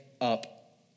up